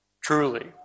truly